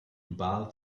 build